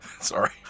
Sorry